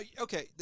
okay